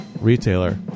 retailer